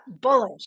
Bullish